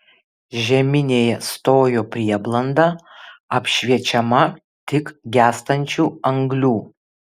žeminėje stojo prieblanda apšviečiama tik gęstančių anglių